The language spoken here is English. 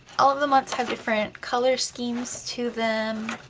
all of the months have different color schemes to them.